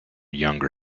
younger